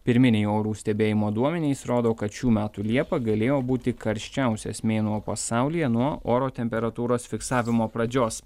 pirminiai orų stebėjimo duomenys rodo kad šių metų liepa galėjo būti karščiausias mėnuo pasaulyje nuo oro temperatūros fiksavimo pradžios